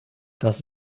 das